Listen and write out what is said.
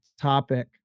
topic